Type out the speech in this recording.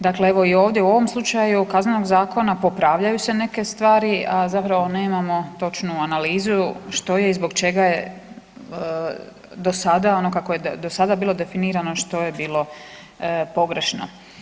Dakle evo, ovdje, u ovom slučaju, Kaznenog zakona, popravljaju se neke stvari, a zapravo nemamo točnu analizu što je i zbog čega je do sada, ono kako je do sada bilo definirano, što je bilo pogrešno.